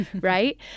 right